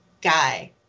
guy